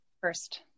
first